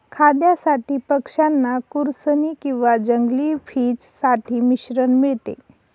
खाद्यासाठी पक्षांना खुरसनी किंवा जंगली फिंच साठी मिश्रण मिळते